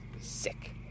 sick